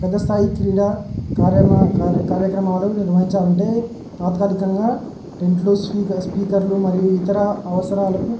పెద్ద స్థాయి క్రీడా కార్యమా కార్యక్రమాలు నిర్వహించాలి అంటే తాత్కలికంగా టెంట్లు స్పీక స్పీకర్లు మరియు ఇతర అవసరాలకు